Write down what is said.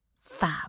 Fab